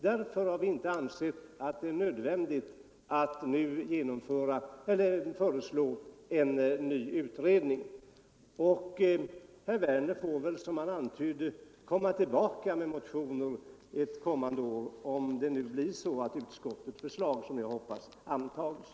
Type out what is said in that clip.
Därför har vi inte ansett det nödvändigt att nu föreslå en ny utredning. Herr Werner får väl, som han antydde, komma tillbaka med motioner ett kommande år, om det nu blir så att utskottets förslag, som jag hoppas, antas.